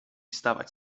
stawać